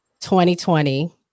2020